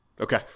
Okay